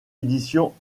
éditions